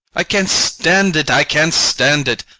i can't stand it i can't stand it.